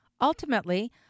Ultimately